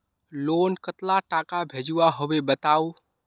Loan कतला टाका भेजुआ होबे बताउ?